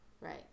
Right